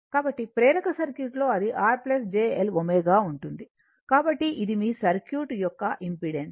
కాబట్టి ప్రేరక సర్క్యూట్లో అది R j L ω గా ఉంటుంది కాబట్టి ఇది మీ సర్క్యూట్ యొక్క ఇంపెడెన్స్